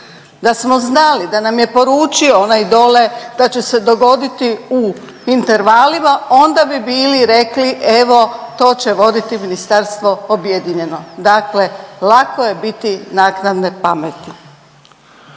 da smo znali da nam je poručio onaj dole da će se dogoditi u intervalima onda bi bili rekli evo to će voditi ministarstvo objedinjeno, dakle lako je biti naknadne pameti.